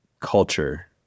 culture